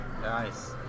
nice